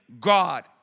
God